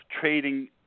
trading